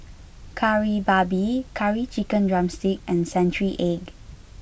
Kari Babi Curry Chicken Drumstick and Century Egg